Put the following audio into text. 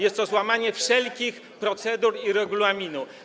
Jest to złamanie wszelkich procedur i regulaminu.